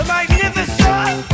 Magnificent